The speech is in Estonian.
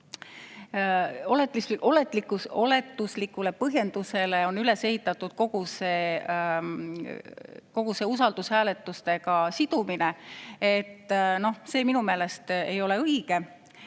oletuslikule põhjendusele on üles ehitatud kogu see usaldushääletustega sidumine. Minu meelest ei ole see